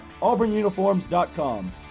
auburnuniforms.com